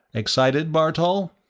excited, bartol?